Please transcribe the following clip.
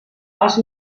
els